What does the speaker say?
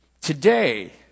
Today